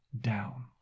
down